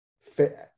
fit